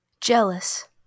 Jealous